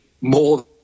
more